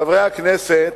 חברי הכנסת,